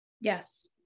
yes